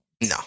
No